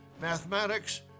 mathematics